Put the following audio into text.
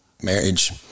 marriage